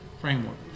framework